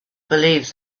believed